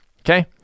Okay